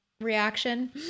reaction